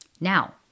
Now